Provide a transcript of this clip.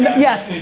yes,